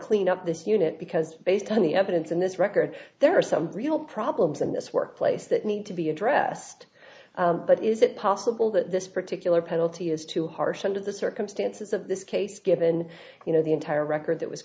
clean up this unit because based on the evidence in this record there are some real problems in this workplace that need to be addressed but is it possible that this particular penalty is too harsh under the circumstances of this case given you know the entire record that was